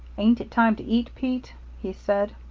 ain't it time to eat, pete? he said.